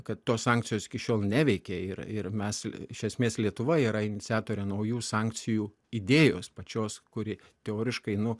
kad tos sankcijos iki šiol neveikė ir ir mes iš esmės lietuva yra iniciatorė naujų sankcijų idėjos pačios kuri teoriškai nu